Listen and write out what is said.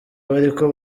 bariko